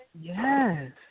Yes